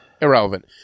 Irrelevant